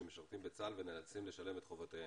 שמשרתים בצה"ל ונאלצים לשלם את חובותיהם,